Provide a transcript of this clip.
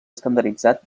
estandarditzat